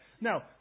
now